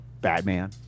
batman